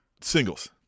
Singles